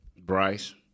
Bryce